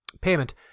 payment